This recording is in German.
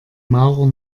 maurer